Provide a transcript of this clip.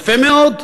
יפה מאוד.